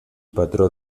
patró